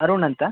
ಅರುಣ್ ಅಂತ